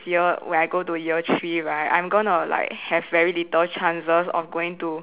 year when I go to year three right I'm gonna have like very little chances of going to